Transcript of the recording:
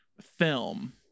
film